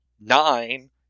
nine